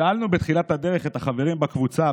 שאלנו בתחילת הדרך את החברים בקבוצה,